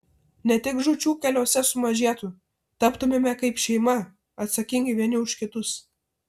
ne tik žūčių keliuose sumažėtų taptumėme kaip šeima atsakingi vieni už kitus